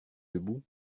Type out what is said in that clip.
debout